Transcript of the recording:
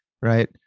right